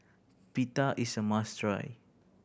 pita is a must try